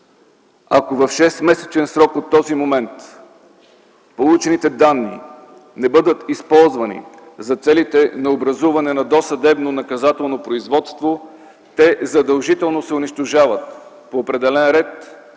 ако в шестмесечен срок от този момент получените данни не бъдат използвани за целите на образуване на досъдебно наказателно производство, те задължително се унищожават по определен ред,